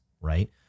right